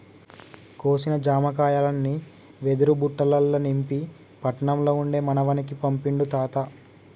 కోసిన జామకాయల్ని వెదురు బుట్టలల్ల నింపి పట్నం ల ఉండే మనవనికి పంపిండు తాత